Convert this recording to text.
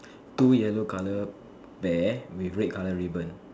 two yellow colour bear with red colour ribbon